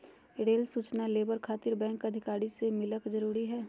Rail सूचना लेबर खातिर बैंक अधिकारी से मिलक जरूरी है?